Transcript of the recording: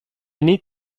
need